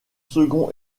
second